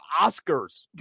Oscars